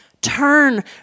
Turn